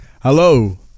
Hello